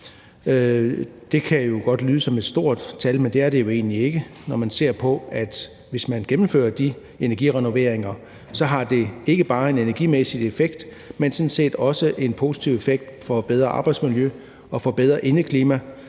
Det kan godt lyde som et stort tal, men det er det jo egentlig ikke, når man ser på, at hvis man gennemfører de energirenoveringer, har det ikke bare en energimæssig effekt, men sådan set også en positiv effekt i form af et bedre arbejdsmiljø og et bedre indeklima,